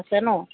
আছে ন'